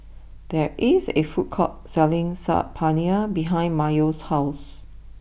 there is a food court selling Saag Paneer behind Mayo's house